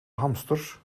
hamsters